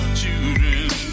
children